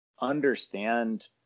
understand